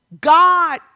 God